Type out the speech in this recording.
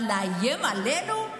לאיים עלינו?